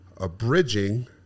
abridging